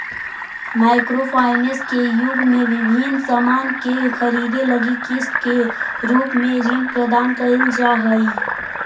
micro finance के युग में विभिन्न सामान के खरीदे लगी किस्त के रूप में ऋण प्रदान कईल जा हई